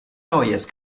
neues